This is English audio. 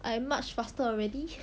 I am much faster already